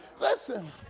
Listen